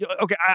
Okay